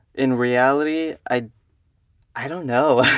in reality, i i don't know.